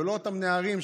ולא אותם נערים,